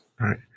Right